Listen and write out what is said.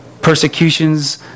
persecutions